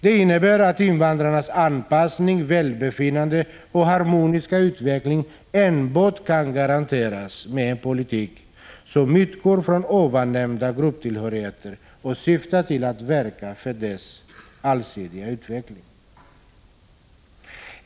Det innebär att invandrarnas anpassning, välbefinnande och harmoniska utveckling enbart kan garanteras med en politik som utgår från de nämnda grupptillhörigheterna och syftar till att verka för dessas allsidiga utveckling.